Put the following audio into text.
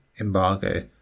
embargo